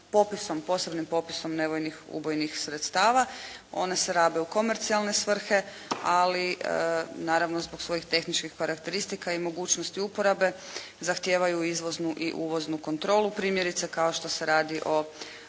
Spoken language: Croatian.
posebnim popisom nevojnih ubojnih sredstava. Ona se rabe u komercijalne svrhe, ali naravno zbog svojih tehničkih karakteristika i mogućnosti uporabe zahtijevaju izvoznu i uvoznu kontrolu. Primjerice, kao što se radi o